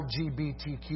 LGBTQ